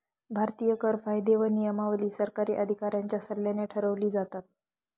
भारतीय कर कायदे व नियमावली सरकारी अधिकाऱ्यांच्या सल्ल्याने ठरवली जातात